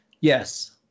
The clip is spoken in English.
Yes